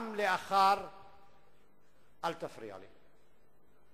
אל תפריע לי.